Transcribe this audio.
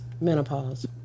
menopause